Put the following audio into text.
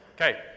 Okay